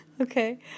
Okay